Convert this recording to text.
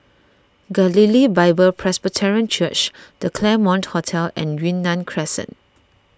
Galilee Bible Presbyterian Church the Claremont Hotel and Yunnan Crescent